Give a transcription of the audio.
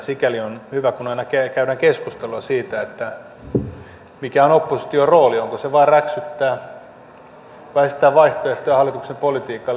sikäli on hyvä kun aina käydään keskustelua siitä mikä on opposition rooli onko se vain räksyttää vai esittää vaihtoehtoja hallituksen politiikalle